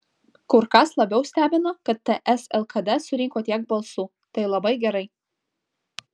kur kas labiau stebina kad ts lkd surinko tiek balsų tai labai gerai